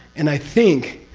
and i think